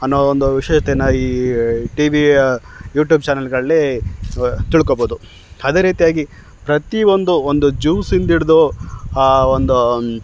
ಅನ್ನೋ ಒಂದು ವಿಷಯ ಈ ಟಿ ವಿಯ ಯೂಟೂಬ್ ಚಾನಲ್ಲುಗಳಲ್ಲಿ ತಿಳ್ಕೊಬೋದು ಅದೇ ರೀತಿಯಾಗಿ ಪ್ರತಿ ಒಂದು ಒಂದು ಜ್ಯೂಸಿಂದ ಹಿಡ್ದು ಆ ಒಂದು